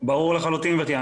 ברור לחלוטין, גבירתי.